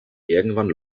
irgendwann